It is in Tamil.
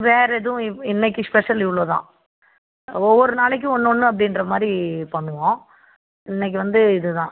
வேற எதுவும் இவ் இன்னைக்கு ஸ்பெஷல் இவ்வளோ தான் ஒவ்வொரு நாளைக்கும் ஒன்று ஒன்று அப்படின்ற மாதிரி பண்ணுவோம் இன்னைக்கு வந்து இதுதான்